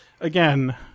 again